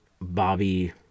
Bobby